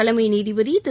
தலைமை நீதிபதி திரு